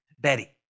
Betty